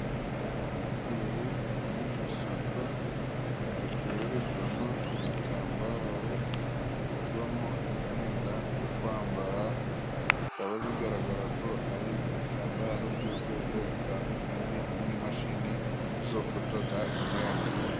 Ibi ni isoko ricururizwamo ibitambaro bikorwamo imyenda yo kwambara bikaba bigaragarako ari ibitambaro by'ubwoko bitandukanye n'imashini zo kudoda imyenda.